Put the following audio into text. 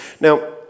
Now